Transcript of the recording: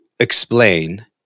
Explain